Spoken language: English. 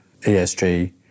ESG